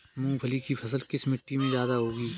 मूंगफली की फसल किस मिट्टी में ज्यादा होगी?